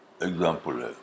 example